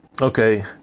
Okay